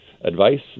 advice